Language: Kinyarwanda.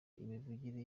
imivugire